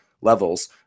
levels